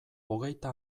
hogeita